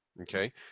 okay